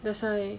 that's why